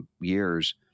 years